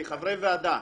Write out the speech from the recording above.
כחברי ועדה.